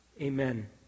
Amen